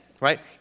right